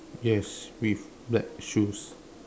yes with black shoes